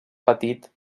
petit